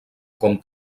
com